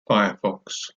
firefox